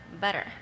better